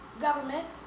government